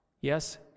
yes